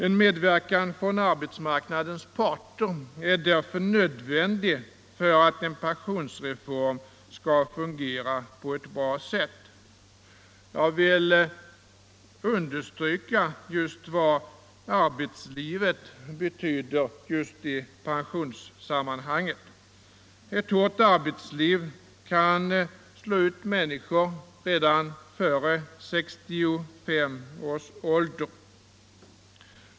En medverkan från arbetsmarknadens parter är därför nödvändig för att en pensionsreform skall fungera på ett bra sätt. Jag vill understryka vad arbetslivet betyder just i pensionssammanhang. Ett hårt arbetsliv kan slå ut människor redan före 65 års ålder.